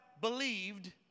believed